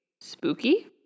Spooky